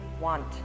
want